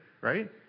right